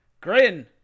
Grin